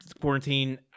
quarantine